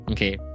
Okay